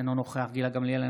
אינו נוכח גילה גמליאל,